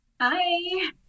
Hi